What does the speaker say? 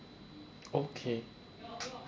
okay